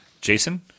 Jason